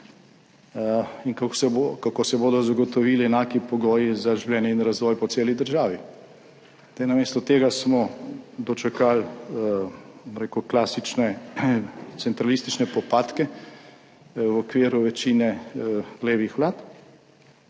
in kako se bodo zagotovili enaki pogoji za življenje in razvoj po celi državi. Namesto tega smo dočakali klasične centralistične popadke v okviru večine levih vlad,